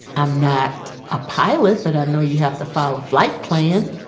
i'm not a pilot, but i know you have to file a flight plan.